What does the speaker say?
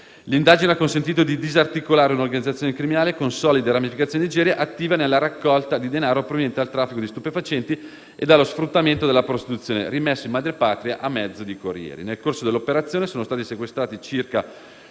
L'indagine ha consentito di disarticolare un'organizzazione criminale, con solide ramificazioni in Nigeria, attiva nella raccolta di denaro proveniente dal traffico di stupefacenti e dallo sfruttamento della prostituzione, rimesso in madrepatria a mezzo di corrieri. Nel corso dell'operazione sono stati sequestrati circa